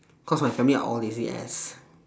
cause my family are all lazy ass